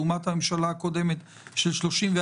לעומת הממשלה הקודמת שהייתה עם 34 שרים?